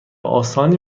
آسانی